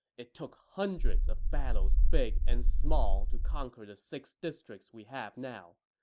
it took hundreds of battles big and small to conquer the six districts we have now.